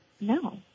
no